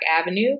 Avenue